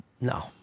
No